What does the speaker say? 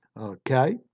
Okay